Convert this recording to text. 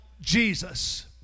Jesus